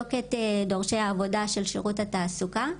נבדוק את דורשי העבודה של שירות התעסוקה.